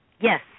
Yes